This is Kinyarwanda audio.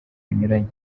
binyuranye